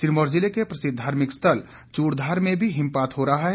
सिरमौर जिले के प्रसिद्ध धार्मिक स्थल चूड़धार में भी हिमपात हो रहा है